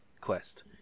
quest